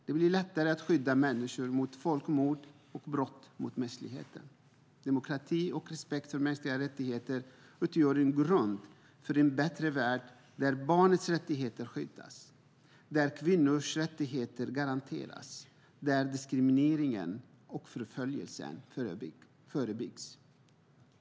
Det blir lättare att skydda människor mot folkmord och brott mot mänskligheten. Demokrati och respekt för mänskliga rättigheter utgör en grund för en bättre värld där barnets rättigheter skyddas, där kvinnors rättigheter garanteras och där diskrimineringen och förföljelsen förebyggs.